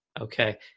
Okay